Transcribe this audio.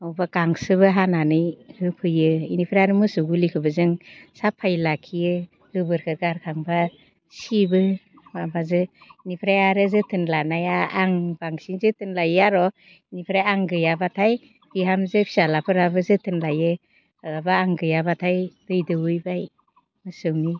बबावबा गांसोबो हानानै होफैयो बेनिफ्राय आरो मोसौ बुलिखौबो जों साफायै लाखियो गोबोरखौ गारखांबा सिबो माबाजों बेनिफ्राय आरो जोथोन लानाया आं बांसिन जोथोन लायो आरो बेनिफ्राय आं गैयाबाथाय बिहामजो फिसाज्लाफोराबो जोथोन लायो माब्लाबा आं गैयाबाथाय दै दौवैबाय मोसौनि